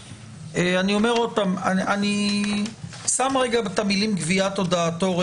אני אומר שוב שאני שם בצד לרגע את המילים גביית הודעתו.